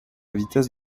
vitesse